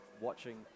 watching